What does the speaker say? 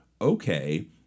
okay